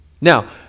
Now